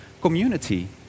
community